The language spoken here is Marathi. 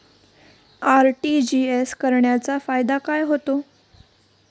आर.टी.जी.एस करण्याचा फायदा काय होतो?